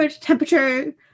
temperature